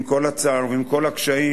עם כל הצער ועם כל הקשיים,